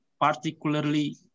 particularly